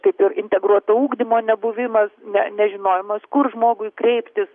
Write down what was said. taip ir integruoto ugdymo nebuvimas ne nežinojimas kur žmogui kreiptis